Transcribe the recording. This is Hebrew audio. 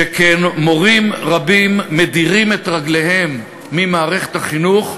שכן מורים רבים מדירים את רגליהם ממערכת החינוך,